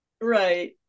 right